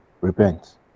Repent